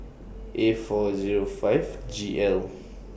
A four Zero five G L